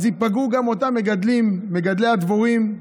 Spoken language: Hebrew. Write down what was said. ייפגעו גם אותם מגדלים, מגדלי הדבורים,